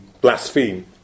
blaspheme